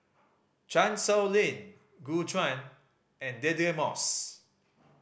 Chan Sow Lin Gu Juan and Deirdre Moss